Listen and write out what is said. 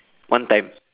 one time